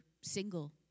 single